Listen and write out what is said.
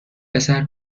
پسر